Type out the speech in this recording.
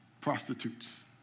prostitutes